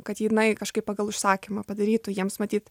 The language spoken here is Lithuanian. kad jinai kažkaip pagal užsakymą padarytų jiems matyt